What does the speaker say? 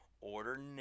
Order